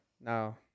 No